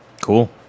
Cool